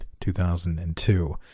2002